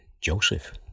Joseph